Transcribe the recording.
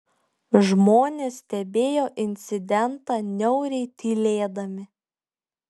žmonės stebėjo incidentą niauriai tylėdami